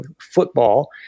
football